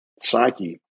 psyche